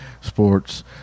sports